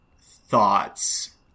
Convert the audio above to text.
thoughts